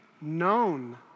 known